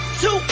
two